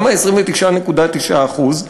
למה 29.9%?